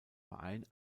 verein